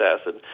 acid